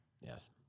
Yes